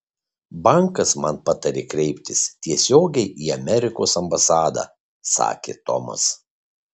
bankas man patarė kreiptis tiesiogiai į amerikos ambasadą sakė tomas